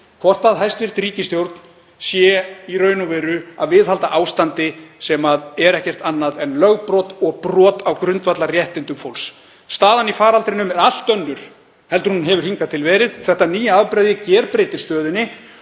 hvort hæstv. ríkisstjórn sé í raun og veru að viðhalda ástandi sem er ekkert annað en lögbrot og brot á grundvallarréttindum fólks. Staðan í faraldrinum er allt önnur en hún hefur verið hingað til. Þetta nýja afbrigði gerbreytir stöðunni.